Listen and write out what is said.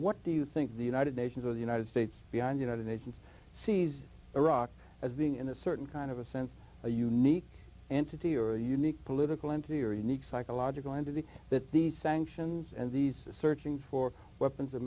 what do you think the united nations of the united states beyond united nations sees iraq as being in a certain kind of a sense a unique entity or a unique political entity or unique psychological entity that these sanctions and these searching for weapons of